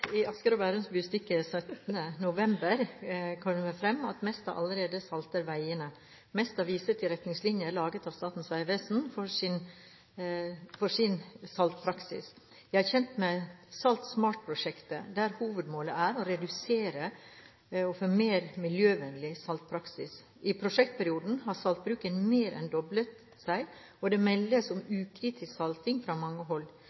i Samferdselsdepartementet, har lært meg: Bompengar har kome for å bli. «I Asker og Bærums Budstikke 17. november kommer det frem at Mesta allerede salter veiene. Mesta viser til retningslinjer laget av Statens vegvesen for sin saltpraksis. Jeg er kjent med Salt SMART-prosjektet, der hovedmålet er en redusert og mer miljøvennlig saltpraksis. I prosjektperioden ble saltbruken mer enn doblet, og det meldes om ukritisk salting fra mange hold.